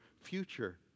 future